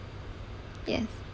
yes